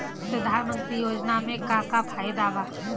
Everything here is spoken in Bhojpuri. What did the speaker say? प्रधानमंत्री योजना मे का का फायदा बा?